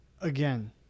Again